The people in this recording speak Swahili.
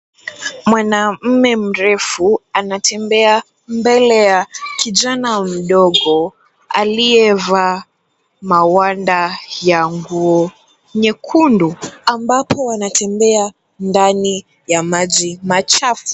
Mwanaume mrefu anatembea mbele ya kijana mdogo aliyevaa mawanda ya nguo nyekundu ambapo wanatembea ndani ya maji machafu.